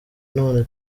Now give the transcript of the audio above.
none